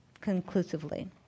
conclusively